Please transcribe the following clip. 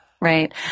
right